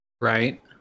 right